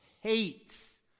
hates